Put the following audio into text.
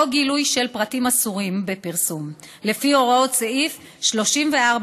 גילוי של פרטים אסורים בפרסום לפי הוראות סעיף 34(ב1)